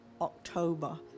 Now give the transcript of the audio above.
October